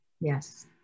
Yes